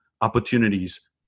opportunities